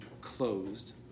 closed